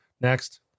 next